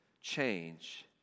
change